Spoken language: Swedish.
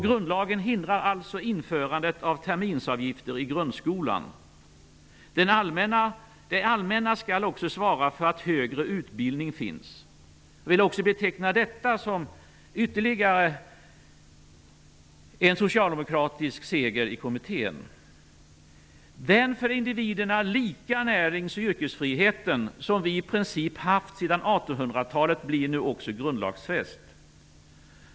Grundlagen hindrar alltså införandet av terminsavgifter i grundskolan. Det allmänna skall också svara för att högre utbildning finns. Jag vill också beteckna detta som ytterligare en socialdemokratisk seger i kommittén. Den för individerna lika närings och yrkesfriheten, som vi i princip haft sedan 1800-talet, blir nu också grundlagsfäst.